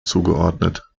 zugeordnet